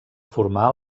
formar